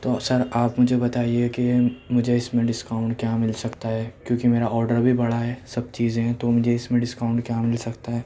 تو سر آپ مجھے بتائیے کہ مجھے اس میں ڈسکاؤنٹ کیا مل سکتا ہے کیوں کہ میرا آرڈر بھی بڑا ہے سب چیزیں ہیں تو مجھے اس میں ڈسکاؤنٹ کیا مل سکتا ہے